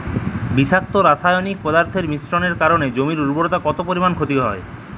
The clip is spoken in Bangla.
বিষাক্ত রাসায়নিক পদার্থের মিশ্রণের কারণে জমির উর্বরতা কত পরিমাণ ক্ষতি হয়?